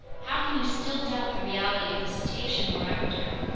how can you still doubt the reality of this cetacean we're after?